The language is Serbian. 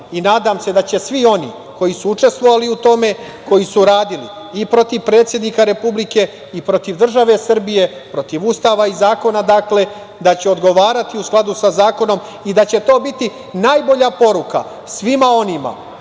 i nadam se da će svi oni koji su učestvovali u tome, koji su radili i protiv predsednika Republike i protiv države Srbije, protiv Ustava i zakona, da će odgovarati u skladu sa zakonom i da će to biti najbolja poruka svima onima